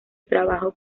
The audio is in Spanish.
trabajo